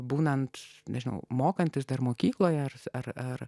būnant nežinau mokantis dar mokykloje ar ar